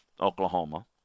Oklahoma